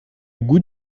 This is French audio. goût